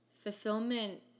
fulfillment